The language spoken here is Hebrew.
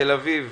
בתל אביב